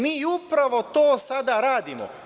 Mi upravo to sada i radimo.